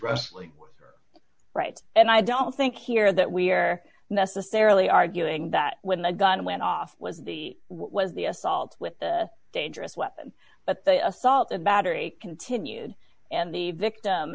wrestling right and i don't think here that we're necessarily arguing that when the gun went off was the was the assault with the dangerous weapon but the assault and battery continued and the victim